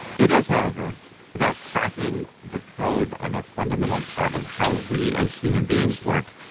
it is however about cracking the code on a fundamental part of how we as human beings work.